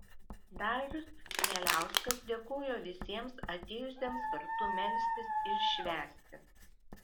darius chmieliauskas dėkojo visiems atėjusiems kartu melstis ir švęsti